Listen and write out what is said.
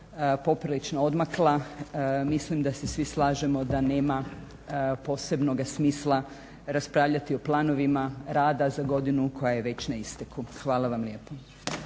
poprilično odmakla mislim da se svi slažemo da nema posebnoga smisla raspravljati o planovima rada za godinu koja je već na isteku. Hvala vam lijepo.